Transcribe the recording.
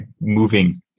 moving